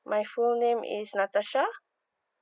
my full name is natasha